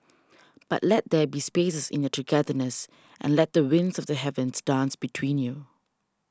but let there be spaces in your togetherness and let the winds of the heavens dance between you